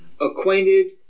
acquainted